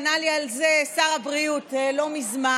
ענה לי על זה שר הבריאות לא מזמן.